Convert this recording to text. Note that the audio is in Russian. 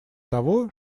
того